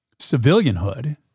civilianhood